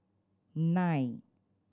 nine